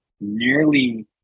nearly